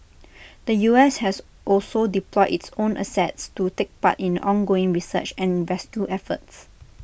the U S has also deployed its own assets to take part in ongoing research and rescue efforts